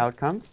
outcomes